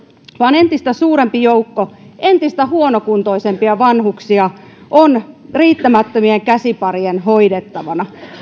vaan entistä suurempi joukko entistä huonokuntoisempia vanhuksia on riittämättömien käsiparien hoidettavana